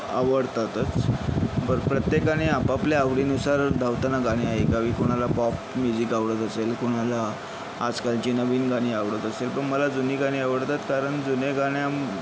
आवडतातच बरं प्रत्येकाने आपापल्या आवडीनुसार धावताना गाणी ऐकावी कुणाला पॉप म्युझिक आवडत असेल कुणाला आजकालची नवीन गाणी आवडत असेल पण मला जुनी गाणी आवडतात कारण जुन्या गाण्याम